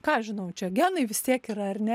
ką aš žinau čia genai vis tiek yra ar ne